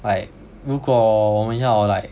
like 如果我们要 like